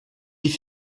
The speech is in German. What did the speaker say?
die